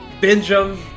Benjamin